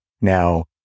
now